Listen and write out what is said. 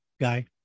guy